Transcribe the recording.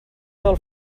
del